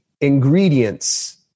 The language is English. ingredients